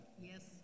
yes